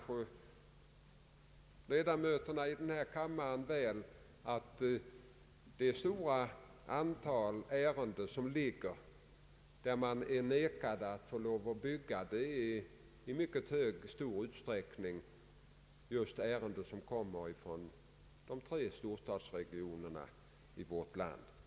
Ledamöterna i denna kammare vet kanske väl att det stora antal ärenden, där vederbörande nekas tillstånd att bygga, i mycket stor utsträckning gäller de tre storstadsregionerna.